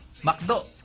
Makdo